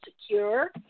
secure